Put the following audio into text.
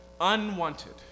unwanted